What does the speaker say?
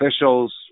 officials